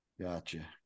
Gotcha